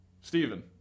Stephen